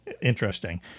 Interesting